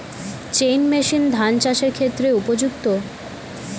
Chain machine ধান চাষের ক্ষেত্রে উপযুক্ত?